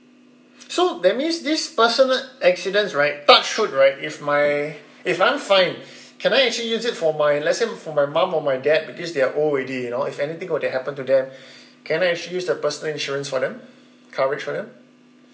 so that means this personal accidents right touch wood right if my if I'm fine can I actually use it for my let's say for my mum or my dad because they are old already you know if anything were to happen to them can I actually use the personal insurance for them coverage for them